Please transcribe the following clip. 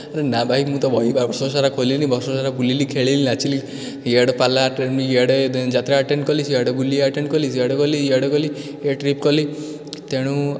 ନା ଭାଇ ମୁଁ ତ ବହି ବା ବର୍ଷସାରା ଖୋଲିନି ବର୍ଷସାରା ବୁଲିଲି ଖେଳିଲି ନାଚିଲି ଏଆଡ଼େ ପାଲା ଆଟେଣ୍ଡ୍ ଇଆଡ଼େ ଯାତ୍ରା ଆଟେଣ୍ଡ୍ କଲି ସେଆଡ଼େ ବୁଲିବା ଆଟେଣ୍ଡ୍ କଲି ସେଆଡ଼େ ଗଲି ଏଆଡ଼େ ଗଲି ଏ ଟ୍ରିପ୍ କଲି ତେଣୁ